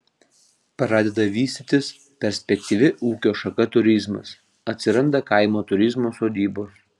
pradeda vystytis perspektyvi ūkio šaka turizmas atsiranda kaimo turizmo sodybos